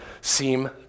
seem